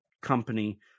company